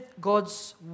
God's